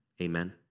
Amen